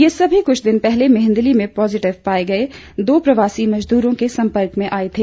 ये सभी कुछ दिन पहले मैंहदली में पॉजिटिव पाए गए दो प्रवासी मजदूरों के सपर्क में आए थे